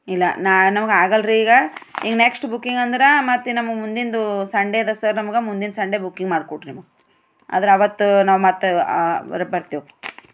ಇಲ್ಲ ನಾನು ಆಗಲ್ರೀ ಈಗ ಈಗ ನೆಕ್ಸ್ಟ್ ಬುಕ್ಕಿಂಗಂದ್ರೆ ಮತ್ತೆ ನಮಗೆ ಮುಂದಿಂದು ಸಂಡೆದ ಸರ್ ನಮಗೆ ಮುಂದಿಂದು ಸಂಡೆ ಬುಕ್ಕಿಂಗ್ ಮಾಡ್ಕೊಡ್ರಿ ನೀವು ಆದರೆ ಆವತ್ತು ನಾವು ಮತ್ತೆ ಹೊರಟು ಬರ್ತೇವೆ